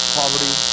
poverty